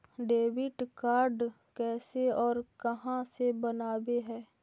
Debit card कैसे और कहां से बनाबे है?